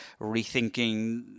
rethinking